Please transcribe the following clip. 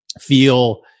feel